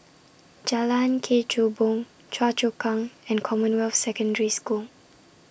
Jalan Kechubong Choa Chu Kang and Commonwealth Secondary School